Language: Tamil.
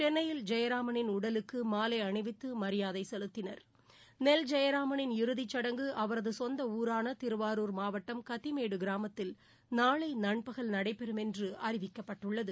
சென்னையில் ஜெயராமனின் உடலுக்கு மாலை அணிவித்து மரியாதை செலுத்தினர் நெல் ஜெயராமனின் இறுதிச் சுடங்கு அவரது சொந்த ஊரான திருவாரூர் மாவட்டம் கத்திமேடு கிராமத்தில் நாளை நண்பகல் நடைபெறும் என்று அறிவிக்கப்பட்டுள்ளது